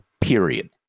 period